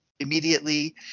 immediately